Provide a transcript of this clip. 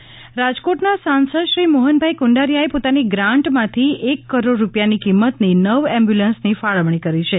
મોહનભાઇ કુંડારીયા રાજકોટના સાંસદ શ્રી મોહનભાઇ કુંડારીથાએ પોતાની ગ્રાંટમાંથી એક કરોડ રૂપિથાની કિંમતની નવ એમ્બ્યુલન્સની ફાળવણી કરી છે